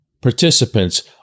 participants